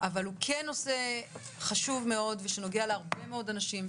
אבל הוא כן נושא חשוב מאוד ונוגע להרבה מאוד אנשים.